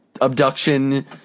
abduction